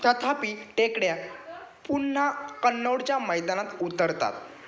तथापि टेकड्या पुन्हा कन्नोडच्या मैदानात उतरतात